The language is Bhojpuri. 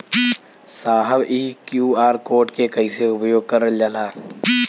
साहब इ क्यू.आर कोड के कइसे उपयोग करल जाला?